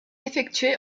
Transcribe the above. effectuée